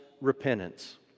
repentance